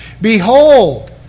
Behold